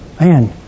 man